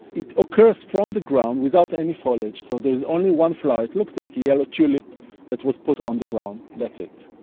it occurs from the ground without any foliage, so there is only one flower, it looks like a yellow tulip that was put on the ground, that's it.